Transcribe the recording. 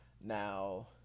Now